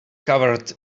covered